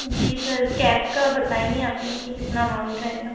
जी sir cab का बताया नहीं आपने कि कितना अमाउंट रहेगा